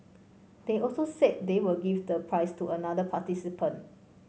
they also said they will give the prize to another participant